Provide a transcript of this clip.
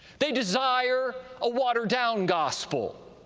they desire a watered-down gospel,